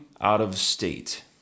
out-of-state